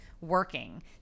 working